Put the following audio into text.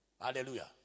Hallelujah